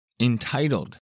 entitled